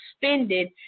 suspended